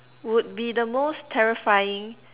would be the most terrifying